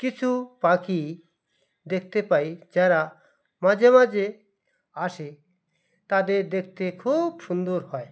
কিছু পাখি দেখতে পাই যারা মাঝে মাঝে আসে তাদের দেখতে খুব সুন্দর হয়